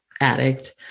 addict